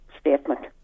statement